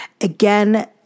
Again